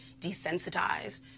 desensitized